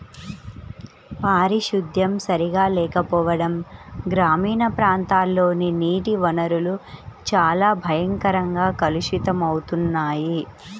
పారిశుద్ధ్యం సరిగా లేకపోవడం గ్రామీణ ప్రాంతాల్లోని నీటి వనరులు చాలా భయంకరంగా కలుషితమవుతున్నాయి